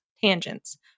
tangents